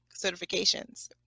certifications